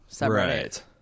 Right